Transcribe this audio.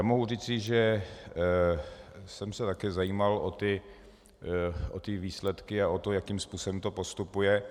Mohu říci, že jsem se také zajímal o ty výsledky a o to, jakým způsobem to postupuje.